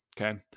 Okay